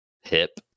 hip